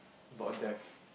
about death